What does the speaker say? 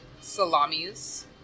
salamis